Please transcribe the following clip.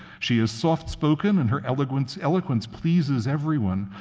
she is soft-spoken and her eloquence eloquence pleases everyone.